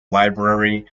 library